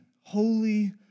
holy